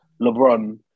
LeBron